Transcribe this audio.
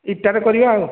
ଇଟାରେ କରିବା ଆଉ